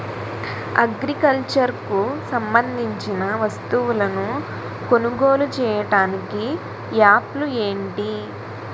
Agriculture కు సంబందించిన వస్తువులను కొనుగోలు చేయటానికి యాప్లు ఏంటి?